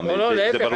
זה ברור לך.